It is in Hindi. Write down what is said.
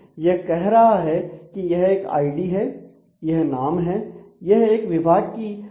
यह कह रहा है कि यह एक आईडी है यह नाम है यह एक विभाग की पहली रॉ है